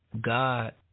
God